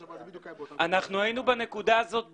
היינו בנקודה הזאת בדיוק.